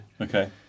Okay